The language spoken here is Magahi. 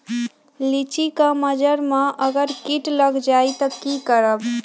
लिचि क मजर म अगर किट लग जाई त की करब?